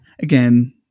again